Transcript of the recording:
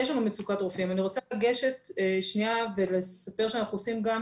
יש לנו מצוקת רופאים ואני רוצה לגשת שנייה ולספר /שאנחנו עושים גם